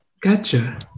Gotcha